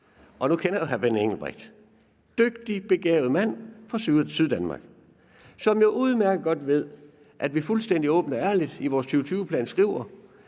Nu kender jeg jo hr. Benny Engelbrecht, og han er en dygtig, begavet mand fra Syddanmark, som udmærket godt ved, at vi fuldstændig åbent og ærligt i vores 2020-plan skriver,